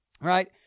right